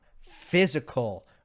Physical